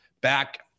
back